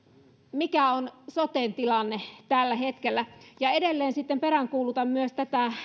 mikä on soten tilanne tällä hetkellä ja edelleen sitten peräänkuulutan myös tätä